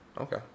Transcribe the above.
Okay